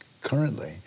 currently